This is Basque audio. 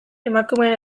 emakumeen